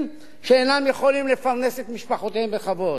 שאינם יכולים לפרנס את משפחותיהם בכבוד.